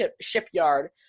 shipyard